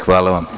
Hvala vam.